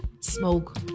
smoke